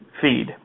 feed